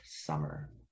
summer